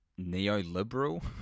Neoliberal